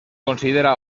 considera